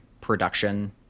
production